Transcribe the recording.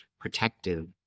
protective